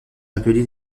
appelés